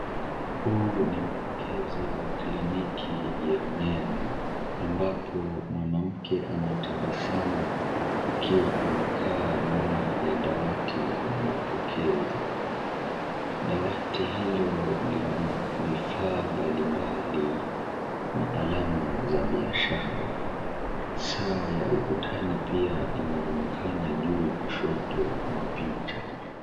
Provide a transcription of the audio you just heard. Huu ni upokezi wa kliniki ya meno ambapo mwanamke anatabasamu akiwa amekaa nyuma ya dawati la mapokezi. Dawati hilo lina vifaa mbalimbali na alama za biashara. Saa ya ukutani pia inaonekana juu kushoto mwa picha.